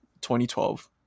2012